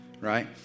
right